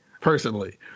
personally